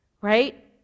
right